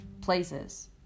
places